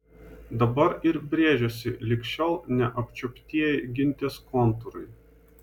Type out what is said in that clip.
dabar ir brėžiasi lig šiol neapčiuoptieji gintės kontūrai